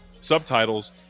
subtitles